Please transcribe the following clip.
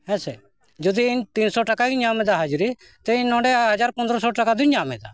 ᱦᱮᱸᱥᱮ ᱡᱩᱫᱤ ᱤᱧ ᱛᱤᱱᱥᱚ ᱴᱟᱠᱟ ᱜᱤᱧ ᱧᱟᱢ ᱮᱫᱟ ᱦᱟᱡᱽᱨᱤ ᱛᱮ ᱤᱧ ᱱᱚᱰᱮ ᱦᱟᱡᱟᱨ ᱯᱚᱱᱨᱚ ᱥᱚ ᱴᱟᱠᱟ ᱫᱚᱧ ᱧᱟᱢ ᱮᱫᱟ